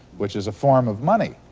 which is a form of money,